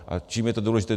A čím je to důležité?